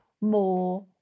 more